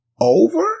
over